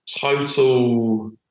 total